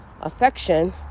affection